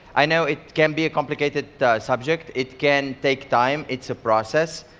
i know it can be a complicated subject. it can take time. it's a process,